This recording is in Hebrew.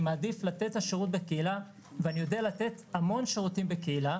אני מעדיף לתת את השירות בקהילה ואני יודע לתת המון שירותים בקהילה.